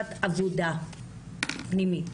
לפגישת עבודה פנימית,